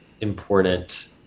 important